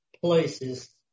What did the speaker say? places